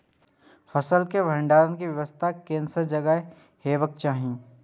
फसल के भंडारण के व्यवस्था केसन जगह हेबाक चाही?